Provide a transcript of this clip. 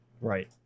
Right